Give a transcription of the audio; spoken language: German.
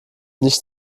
nicht